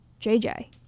JJ